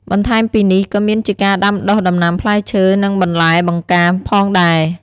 បន្ថែមពីនេះ ក៏មានជាការដាំដុះដំណាំផ្លែឈើ និងបន្លែបង្ការផងដែរ។